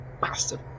bastard